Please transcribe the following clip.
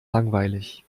langweilig